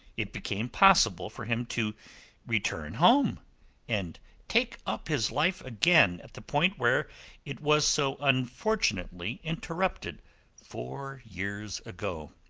it became possible for him to return home and take up his life again at the point where it was so unfortunately interrupted four years ago.